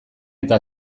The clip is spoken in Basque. eta